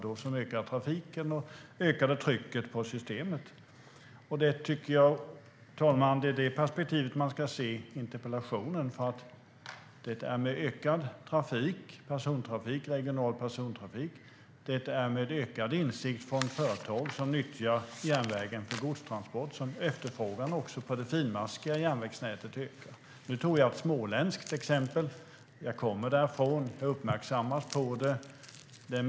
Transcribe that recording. Då ökade trafiken och trycket på systemet. Herr talman! Det är i det perspektivet som man ska se interpellationen. Med ökad regional persontrafik och med ökad insikt hos företag som nyttjar järnvägen för godstransporter har också efterfrågan på det finmaskiga järnvägsnätet ökat. Nu tog jag upp ett småländskt exempel eftersom jag kommer därifrån och har blivit uppmärksammad på det.